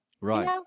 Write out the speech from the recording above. Right